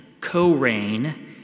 co-reign